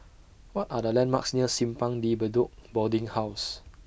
What Are The landmarks near Simpang De Bedok Boarding House